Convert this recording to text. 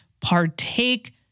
partake